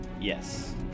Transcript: Yes